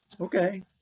Okay